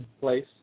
place